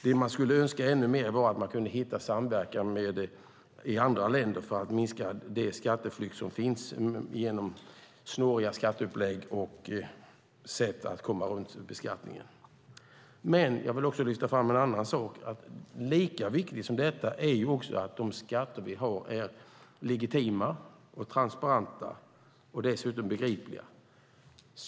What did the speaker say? Det vore önskvärt om Skatteverket kunde samverka med andra länder för att minska den skatteflykt som sker genom snåriga skatteupplägg och andra sätt att komma undan beskattning. Jag vill även lyfta fram en annan sak. Lika viktigt som detta är det att de skatter som vi har är legitima och transparenta och dessutom begripliga.